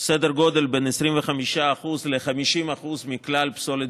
סדר גודל של בין 25% ל-50% מכלל פסולת